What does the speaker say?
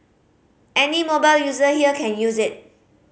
any mobile user here can use it